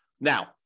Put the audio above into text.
Now